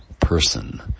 person